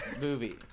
Movie